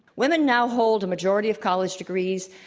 women now hold a majority of college degrees,